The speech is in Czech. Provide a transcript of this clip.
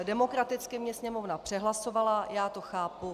Demokraticky mě sněmovna přehlasovala, já to chápu.